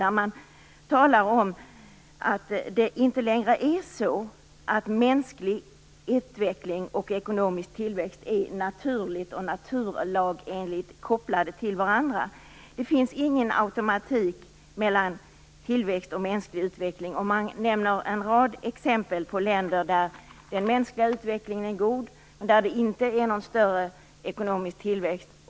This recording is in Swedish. Där talar man om att det inte längre är så att mänsklig utveckling och ekonomisk tillväxt är naturligt och naturlagenligt kopplade till varandra. Det finns ingen automatik mellan tillväxt och mänsklig utveckling. Man nämner en rad exempel på länder där den mänskliga utvecklingen är god, men där det inte är någon större ekonomisk tillväxt.